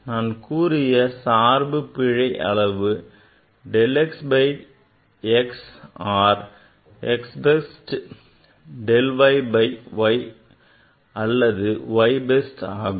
நான் கூறிய சார்பு பிழை அளவு del x by x or x best del y by y or y best ஆகும்